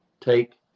take